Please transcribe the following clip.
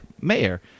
Mayor